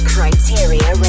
Criteria